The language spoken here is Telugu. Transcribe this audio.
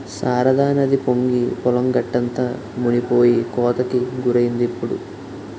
శారదానది పొంగి పొలం గట్టంతా మునిపోయి కోతకి గురైందిప్పుడు